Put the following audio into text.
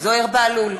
זוהיר בהלול,